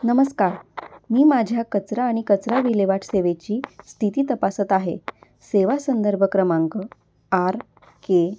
नमस्कार मी माझ्या कचरा आणि कचरा विल्हेवाट सेवेची स्थिती तपासत आहे सेवा संदर्भ क्रमांक आर के